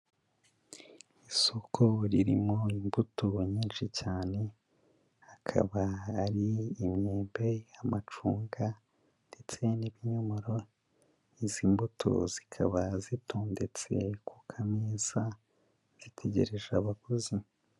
Isoko ririmo imbuto nyinshi cyane, hakaba hari imyembe, amacunga ndetse n'ibinyomoro, izi mbuto zikaba zitondetse ku kameza, zitegereje abaguzi.